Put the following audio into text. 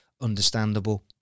Understandable